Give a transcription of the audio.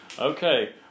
Okay